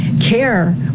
care